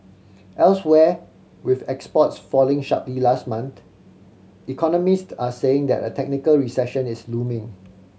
elsewhere with exports falling sharply last month economist are saying that a technical recession is looming